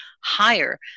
higher